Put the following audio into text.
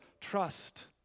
trust